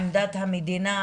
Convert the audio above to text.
עמדת המדינה,